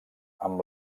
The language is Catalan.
amb